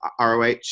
ROH